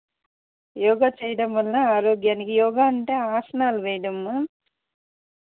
యోగా చేయడం వలన ఆరోగ్యానికి యోగా అంటే ఆసనాలు వేయడం అమ్మ